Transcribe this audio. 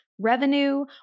revenue